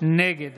נגד